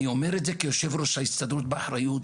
אני אומר את זה כיושב ראש ההסתדרות באחריות,